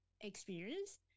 experience